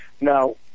Now